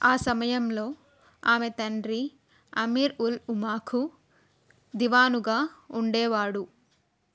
ఆ సమయంలో ఆమె తండ్రి అమీర్ ఉల్ ఉమాకు దివానుగా ఉండేవాడు